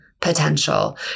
potential